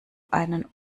einen